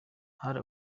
hari